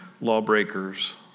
lawbreakers